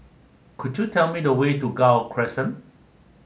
could you tell me the way to Gul Crescent